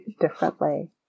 differently